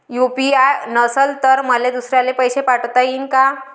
UPI नसल तर मले दुसऱ्याले पैसे पाठोता येईन का?